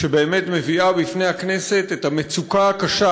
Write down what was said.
שבאמת מביאה בפני הכנסת את המצוקה הקשה